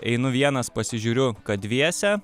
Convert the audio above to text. einu vienas pasižiūriu kad dviese